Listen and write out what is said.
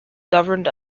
governed